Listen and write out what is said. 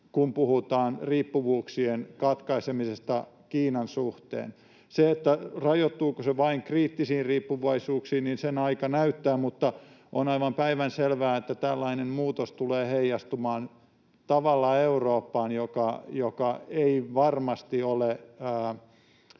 kun puhutaan riippuvuuksien katkaisemisesta Kiinan suhteen. Sen, rajoittuuko se vain kriittisiin riippuvaisuuksiin, aika näyttää, mutta on aivan päivänselvää, että tällainen muutos tulee heijastumaan Eurooppaan tavalla, joka ei varmasti ole